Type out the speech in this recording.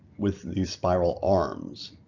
with these spiral arms.